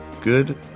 Good